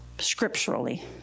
Scripturally